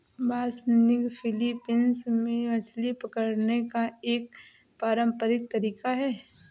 बासनिग Philippines में मछली पकड़ने का एक पारंपरिक तरीका है